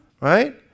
right